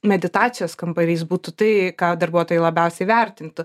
meditacijos kambarys būtų tai ką darbuotojai labiausiai vertintų